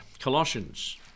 Colossians